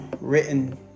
written